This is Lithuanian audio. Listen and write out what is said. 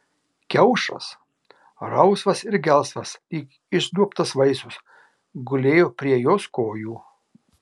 kiaušas rausvas ir gelsvas lyg išduobtas vaisius gulėjo prie jos kojų